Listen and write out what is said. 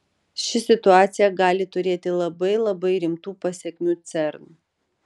ši situacija gali turėti labai labai rimtų pasekmių cern